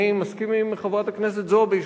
אני מסכים עם חברת הכנסת זועבי,